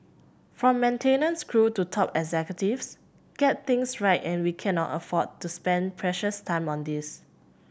from maintenance crew to top executives get things right and we cannot afford to spend precious time on this